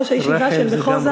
ראש הישיבה של מחוזא,